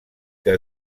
que